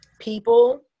people